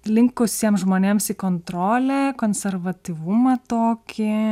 linkusiems žmonėms į kontrolę konservatyvumą tokį